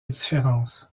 différences